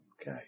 Okay